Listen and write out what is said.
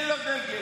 אין לו דגל.